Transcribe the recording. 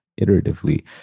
iteratively